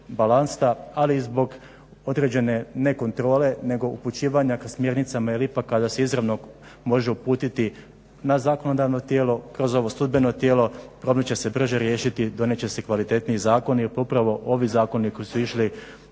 balansa ali i zbog određene ne kontrole nego upućivanja k smjernicama jer ipak kada se izravno može uputiti na zakonodavno tijelo kroz ovo sudbeno tijelo problem će se brže riješiti, donijet će se kvalitetniji zakoni. Upravo ovi zakoni koji su išli